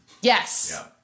Yes